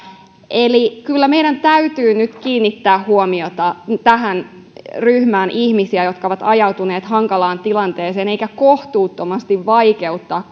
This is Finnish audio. kyllä meidän täytyy nyt kiinnittää huomiota tähän ryhmään ihmisiä jotka ovat ajautuneet hankalaan tilanteeseen eikä kohtuuttomasti vaikeuttaa